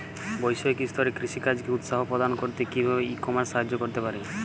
বৈষয়িক স্তরে কৃষিকাজকে উৎসাহ প্রদান করতে কিভাবে ই কমার্স সাহায্য করতে পারে?